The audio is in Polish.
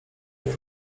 nie